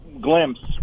glimpse